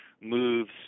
moves